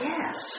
Yes